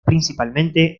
principalmente